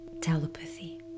telepathy